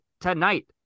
Tonight